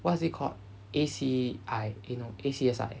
what is it called A_C_I eh no A_C_S_I